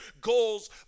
goals